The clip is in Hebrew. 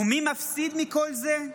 ומי מפסיד מכל זה?